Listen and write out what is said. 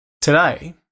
Today